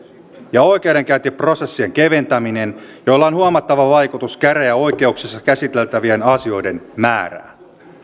ja oikeudenkäyntiprosessien keventäminen joilla on huomattava vaikutus käräjäoikeuksissa käsiteltävien asioiden määrään